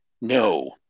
No